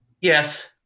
Yes